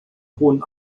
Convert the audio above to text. hohen